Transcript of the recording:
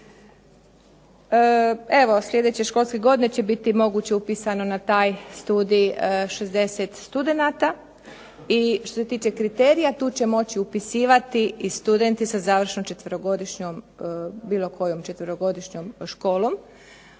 Evo, sljedeće školske godine će biti moguće upisano na taj studij 60 studenata i što se tiče kriterija tu će moći upisivati i studenti sa završenom 4-godišnjom, bilo